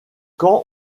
quand